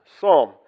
psalm